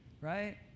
right